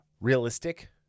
realistic